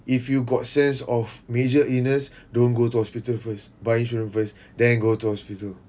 if you got sense of major illness don't go to hospital first buy insurance first then go to hospital